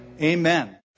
amen